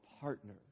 partner